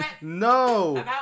No